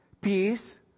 peace